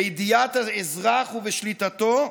בידיעת האזרח ובשליטתו,